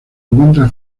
encuentra